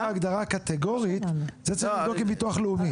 הגדרה קטגורית את זה צריך לבדוק מול ביטוח לאומי.